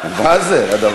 מה זה הדבר הזה?